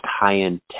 high-end